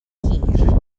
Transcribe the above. hir